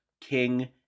King